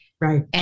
Right